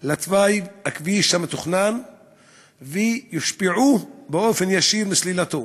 לתוואי הכביש המתוכנן ויושפעו באופן ישיר מסלילתו.